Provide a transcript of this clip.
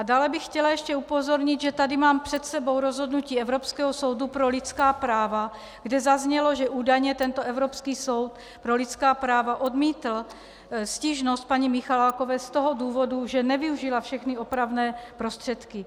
Dále bych chtěla ještě upozornit, že tady mám před sebou rozhodnutí Evropského soudu pro lidská práva, kde zaznělo, že údajně tento Evropský soud pro lidská práva odmítl stížnost paní Michalákové z toho důvodu, že nevyužila všechny opravné prostředky.